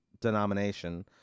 denomination